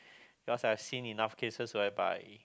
cause I've seen enough cases whereby